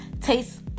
tastes